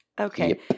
Okay